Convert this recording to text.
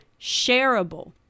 shareable